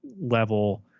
level